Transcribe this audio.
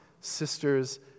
sisters